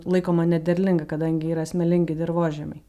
laikoma nederlinga kadangi yra smėlingi dirvožemiai